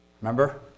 Remember